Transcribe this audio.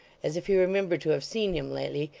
as if he remembered to have seen him lately,